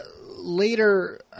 later